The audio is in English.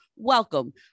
welcome